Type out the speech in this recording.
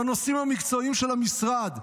בנושאים המקצועיים של המשרד.